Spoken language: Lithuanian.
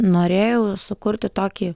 norėjau sukurti tokį